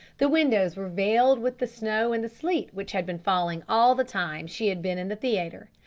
the windows were veiled with the snow and the sleet which had been falling all the time she had been in the theatre.